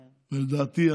לדעתי,